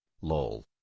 LOL